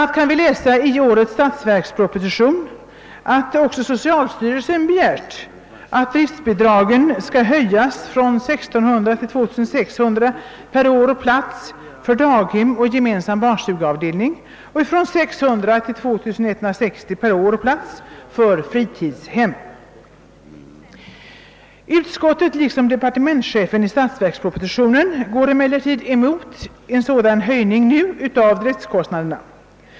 a. kan vi läsa i årets statsverksproposition, att även socialstyrelsen begärt att driftbidragen skall höjas från 1600 till 2600 kronor per år och plats för daghem och gemensam barnstugeavdelning och från 600 till 2160 kronor per år och plats för fritidshem. Liksom departementschefen i statsverkspropositionen går emellertid utskottet nu emot en sådan höjning av driftkostnaderna.